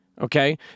Okay